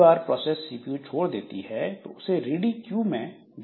एक बार process CPU छोड़ देती है तो इसे रेडी क्यू में जोड़ दिया जाता है